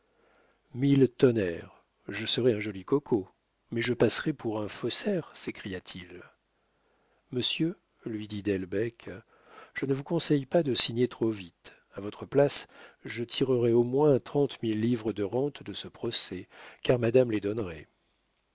mille tonnerres je serais un joli coco mais je passerais pour un faussaire s'écria-t-il monsieur lui dit delbecq je ne vous conseille pas de signer trop vite a votre place je tirerais au moins trente mille livres de rente de ce procès là car madame les donnerait